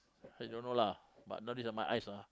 I don't know lah but nowadays ah my eyes ah